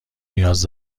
نیاز